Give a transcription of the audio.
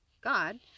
God